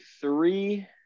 three